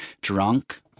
drunk